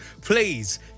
Please